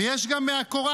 ויש גם מהקוראן.